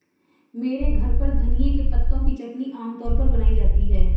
मेरे घर पर धनिए के पत्तों की चटनी आम तौर पर बनाई जाती है